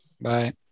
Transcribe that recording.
Bye